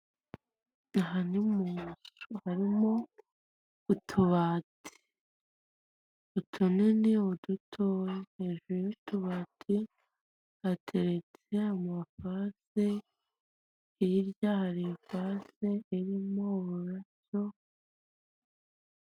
Aha ni mu nzu harimo utubati utunini uduto hejuru y'utubati hateretse amavaze, hirya hari ivase irimo ururabo.